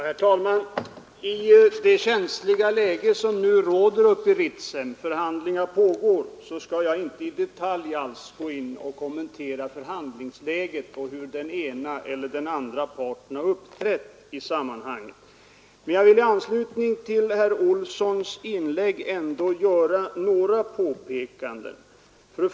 Herr talman! I det känsliga läge som nu råder i Ritsem — förhandlingar pågår — skall jag inte alls i detalj kommentera förhandlingsläget eller hur den ena eller andra parten uppträtt i sammanhanget. Men jag vill i anslutning till herr Olssons i Stockholm inlägg ändå göra ett påpekande.